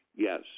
Yes